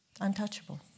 Untouchable